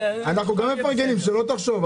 אנחנו גם מפרגנים, שלא תחשוב.